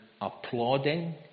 applauding